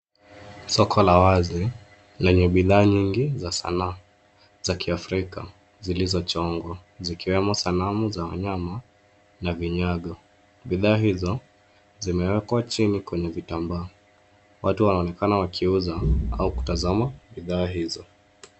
Soko la wazi lenye bidhaa za sanaa za kiafrika zilizochongwa zikiwemo sanamu za wanyama, na vinyago. Bidhaa hizo zimewekwa chini kwenye vitambaa. watu wanaonekana wakiuza au kutazama bidhaa hizo.